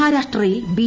മഹാരാഷ്ട്രയിൽ ബി